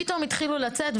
פתאום התחילו לצאת.